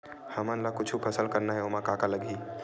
हमन ला कुछु फसल करना हे ओमा का का लगही?